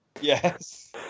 Yes